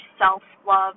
self-love